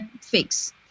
fix